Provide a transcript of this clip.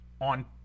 on